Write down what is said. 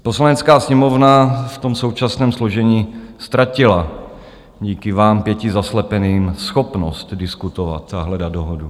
Poslanecká sněmovna v tom současném složení ztratila díky vám pěti zaslepeným schopnost diskutovat a hledat dohodu.